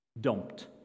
dumped